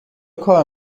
کار